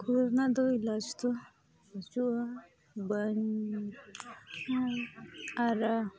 ᱠᱷᱩᱨᱟᱹ ᱨᱮᱱᱟᱜ ᱫᱚ ᱜᱞᱟᱥ ᱫᱚ ᱵᱟᱹᱪᱩᱜᱼᱟ ᱵᱟᱹᱧ ᱟᱨ